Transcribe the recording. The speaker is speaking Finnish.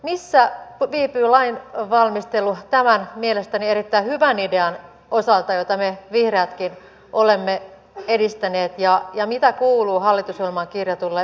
missä viipyy lainvalmistelu tämän mielestäni erittäin hyvän idean osalta jota me vihreätkin olemme edistäneet ja mitä kuuluu hallitusohjelmaan kirjatulle perustulokokeilulle